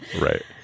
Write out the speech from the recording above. right